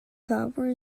copper